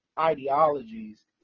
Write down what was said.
ideologies